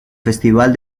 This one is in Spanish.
festival